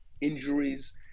injuries